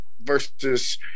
versus –